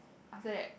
after that